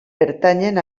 pertanyen